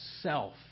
Self